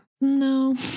No